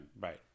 Right